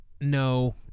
No